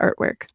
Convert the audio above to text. artwork